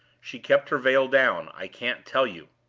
she kept her veil down. i can't tell you.